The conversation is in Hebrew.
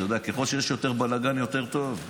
אתה יודע, ככל שיש יותר בלגן, יותר טוב,